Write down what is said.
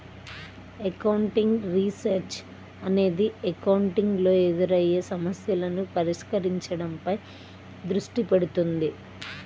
accounting research అనేది accounting లో ఎదురయ్యే సమస్యలను పరిష్కరించడంపై దృష్టి పెడుతుంది